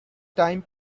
time